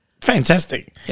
Fantastic